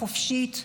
החופשית.